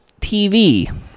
TV